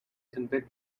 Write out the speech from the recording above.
convict